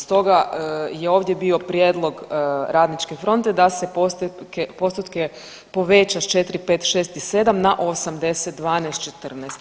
Stoga je ovdje bio prijedlog Radničke fronte da se postotke poveća s 4, 5, 6 i 7 na 8, 10, 12, 14.